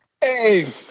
hey